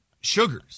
sugars